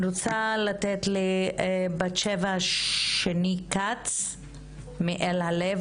אני רוצה לתת לבת שבע שני כץ מאל הלב.